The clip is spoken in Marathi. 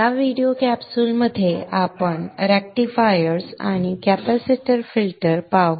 या व्हिडिओ कॅप्सूलमध्ये आपण रेक्टिफायर्स आणि कॅपेसिटर फिल्टर पाहू